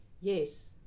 Yes